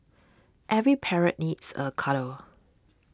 every parrot needs a cuddle